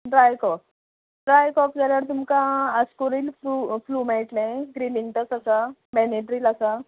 dry cough dry cough जाल्यार तुमकां आस्कोरील फ्रू फ्लू मेळटलें स्रिलिंटस आसा बेनेड्रील आसा